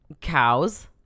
cows